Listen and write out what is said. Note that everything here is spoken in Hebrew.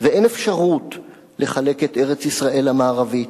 ואין אפשרות לחלק את ארץ-ישראל המערבית,